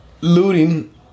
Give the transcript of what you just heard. Looting